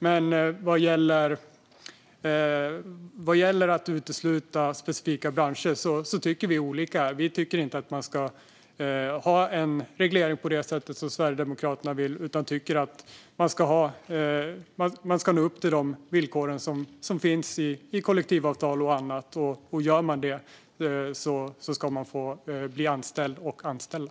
Men vad gäller att utesluta specifika branscher tycker vi olika. Vi tycker inte att man ska ha en reglering på det sätt som Sverigedemokraterna vill. Vi tycker att man ska nå upp till de villkor som finns i kollektivavtal och annat, och gör man det ska man få bli anställd och anställa.